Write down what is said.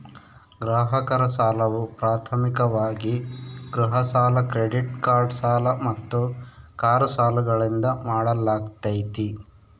ಗ್ರಾಹಕರ ಸಾಲವು ಪ್ರಾಥಮಿಕವಾಗಿ ಗೃಹ ಸಾಲ ಕ್ರೆಡಿಟ್ ಕಾರ್ಡ್ ಸಾಲ ಮತ್ತು ಕಾರು ಸಾಲಗಳಿಂದ ಮಾಡಲಾಗ್ತೈತಿ